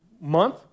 month